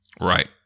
Right